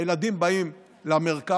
הילדים באים למרכז,